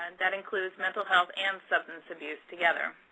and that includes mental health and substance abuse together.